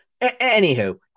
anywho